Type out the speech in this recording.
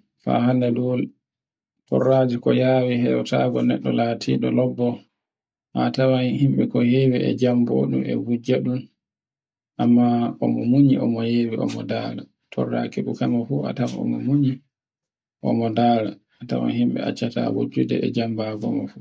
fa hande liwol torraje ko yawe hewtaje neɗɗo latiɗo lobbo, a tawan himɓe e hewi e jamboɗun e wujja ɗum amma o mo munyi e ndari e mo ndara torra keɓomu fu a tawan e munyi o mo ndra a tawan himɓe accata e wujjunde e jamba goo fu.